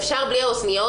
אפשר בלי האוזניות?